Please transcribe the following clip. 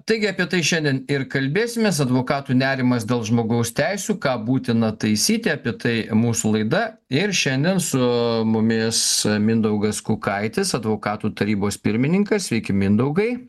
taigi apie tai šiandien ir kalbėsimės advokatų nerimas dėl žmogaus teisių ką būtina taisyti apie tai mūsų laida ir šiandien su mumis mindaugas kukaitis advokatų tarybos pirmininkas sveiki mindaugai